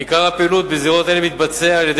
עיקר הפעילות בזירות אלו מתבצע על-ידי